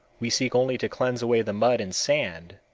we seek only to cleanse away the mud and sand,